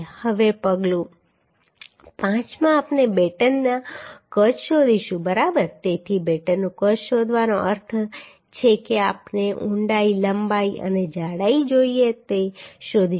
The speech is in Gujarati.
હવે પગલું 5 માં આપણે બેટનનું કદ શોધીશું બરાબર તેથી બેટનનું કદ શોધવાનો અર્થ છે કે આપણે ઊંડાઈ લંબાઈ અને જાડાઈ જોઈએ તે શોધીશું